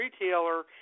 retailer